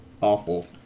Awful